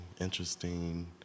interesting